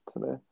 today